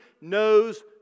knows